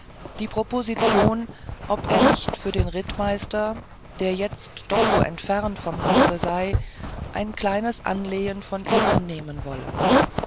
die proposition ob er nicht für den rittmeister der jetzt doch so entfernt vom haus sei ein kleines anlehen von ihm annehmen wolle